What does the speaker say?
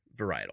varietal